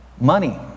money